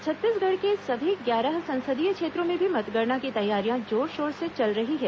छत्तीसगढ़ के सभी ग्यारह संसदीय क्षेत्रों में भी मतगणना की तैयारियां जोर शोर से चल रही हैं